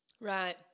Right